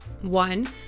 One